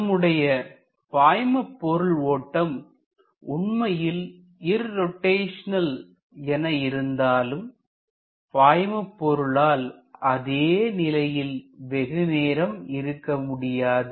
நம்முடைய பாய்மபொருள் ஓட்டம் உண்மையில் இர்ரோட்டைஷனல் என இருந்தாலும் பாய்மபொருளால் அதே நிலையில் வெகுநேரம் இருக்க முடியாது